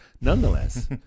Nonetheless